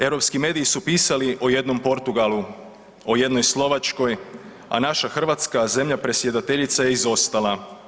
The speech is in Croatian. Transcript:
Europski mediji su pisali o jednom Portugalu, o jednoj Slovačkoj, a naša Hrvatska zemlja predsjedateljica je izostala.